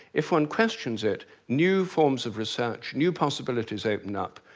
if one questions it, new forms of research, new possibilities open up.